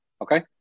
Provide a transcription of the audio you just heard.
okay